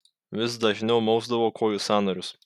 vis dažniau mausdavo kojų sąnarius